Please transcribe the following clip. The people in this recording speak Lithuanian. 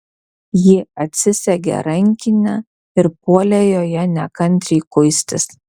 ji atsisegė rankinę ir puolė joje nekantriai kuistis